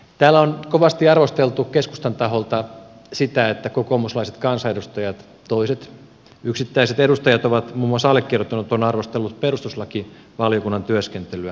täällä on kovasti arvosteltu keskustan taholta sitä että kokoomuslaiset kansanedustajat toiset yksittäiset edustajat muun muassa allekirjoittanut ovat arvostelleet perustuslakivaliokunnan työskentelyä